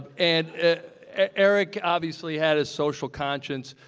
and erik obviously had a social conscience.